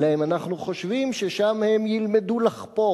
אלא אם כן אנחנו חושבים ששם הם ילמדו לחפור,